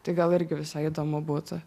tai gal irgi visai įdomu būtų